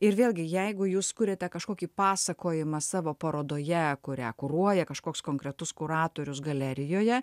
ir vėlgi jeigu jūs kuriate kažkokį pasakojimą savo parodoje kurią kuruoja kažkoks konkretus kuratorius galerijoje